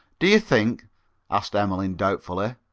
do you think asked emmeline doubtfully,